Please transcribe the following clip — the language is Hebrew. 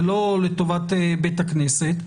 זה לא לטובת בית הכנסת,